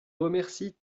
remercie